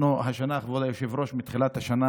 כבוד היושב-ראש, מתחילת השנה